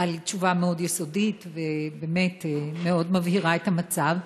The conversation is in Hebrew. על תשובה מאוד יסודית ובאמת מאוד מבהירה את המצב.